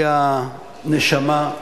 היא הנשמה,